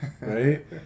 right